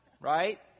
right